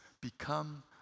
become